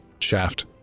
shaft